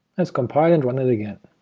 let's compile and run it again.